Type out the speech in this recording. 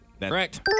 Correct